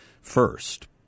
first